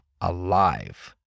alive